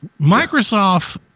Microsoft